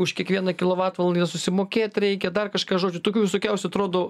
už kiekvieną kilovatvalandę susimokėt reikia dar kažką žodžių tokių visokiausių atrodo